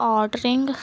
ordering